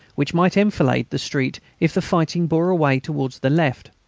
which might enfilade the street if the fighting bore away towards the left.